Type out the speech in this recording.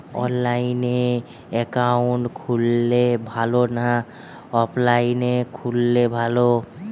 অনলাইনে একাউন্ট খুললে ভালো না অফলাইনে খুললে ভালো?